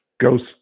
ghost